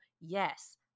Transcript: yes